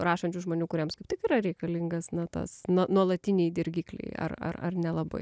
rašančių žmonių kuriems kaip tik yra reikalingas na tas nuo nuolatiniai dirgikliai ar ar ar nelabai